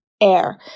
air